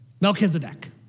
Melchizedek